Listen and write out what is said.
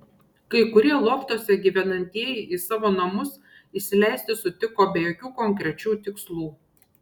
kai kurie loftuose gyvenantieji į savo namus įsileisti sutiko be jokių konkrečių tikslų